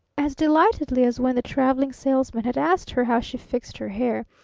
as delightedly as when the traveling salesman had asked her how she fixed her hair,